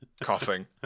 Coughing